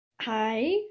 Hi